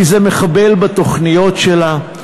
כי זה מחבל בתוכניות שלה,